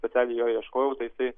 specialiai jo ieškojau tai jisai